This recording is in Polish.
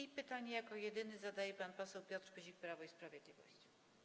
I pytanie jako jedyny zadaje pan poseł Piotr Pyzik, Prawo i Sprawiedliwość.